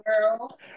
girl